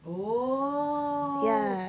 oh then you can walk